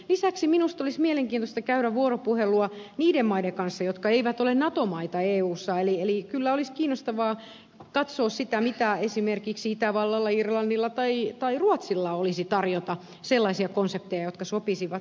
lisäksi minusta olisi mielenkiintoista käydä vuoropuhelua niiden maiden kanssa jotka eivät ole nato maita eussa eli kyllä olisi kiinnostavaa katsoa sitä mitä sellaisia konsepteja esimerkiksi itävallalla irlannilla tai ruotsilla olisi tarjota jotka sopisivat meille